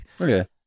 Okay